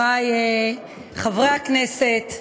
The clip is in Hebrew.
חברי חברי הכנסת,